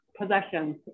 possessions